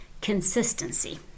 consistency